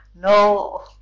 No